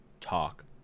talk